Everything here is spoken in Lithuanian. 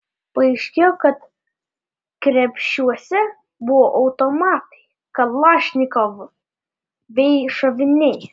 paaiškėjo kad krepšiuose buvo automatai kalašnikov bei šoviniai